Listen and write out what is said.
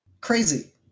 Crazy